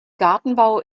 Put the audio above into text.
gartenbau